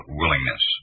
willingness